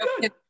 good